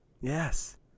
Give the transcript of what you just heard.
Yes